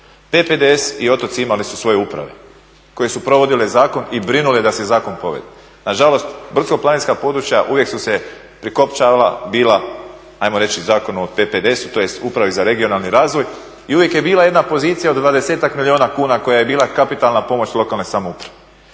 PPDS i otoci imali su svoje uprave koje su provodile zakon i brinule da se zakon provodi. Nažalost, brdsko-planinska područja uvijek su se prikopčavala, bila, ajmo reći Zakonu o PPDS-u, tj Upravi za regionalni razvoj i uvijek je bila jedna pozicija od 20-ak milijuna kuna koja je bila kapitalna pomoć lokalne samouprave.